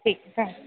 ठीक आहे काय